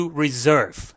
reserve